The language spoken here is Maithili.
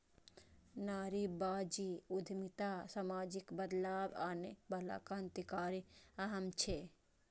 नारीवादी उद्यमिता सामाजिक बदलाव आनै बला क्रांतिकारी कदम छियै